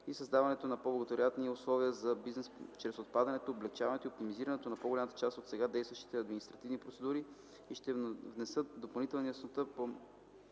и създаването на по-благоприятни условия за бизнеса чрез отпадането, облекчаването и оптимизирането на по-голямата част от сега действащите административни процедури и ще внесат допълнителна яснота по